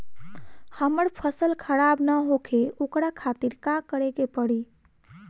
हमर फसल खराब न होखे ओकरा खातिर का करे के परी?